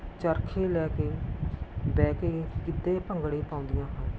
ਚਰਖ਼ੇ ਲੈ ਕੇ ਬਹਿ ਕੇ ਗਿੱਧੇ ਭੰਗੜੇ ਪਾਉਦੀਆਂ ਹਨ